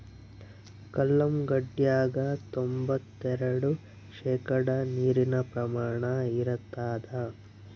ಕಲ್ಲಂಗಡ್ಯಾಗ ತೊಂಬತ್ತೆರೆಡು ಶೇಕಡಾ ನೀರಿನ ಪ್ರಮಾಣ ಇರತಾದ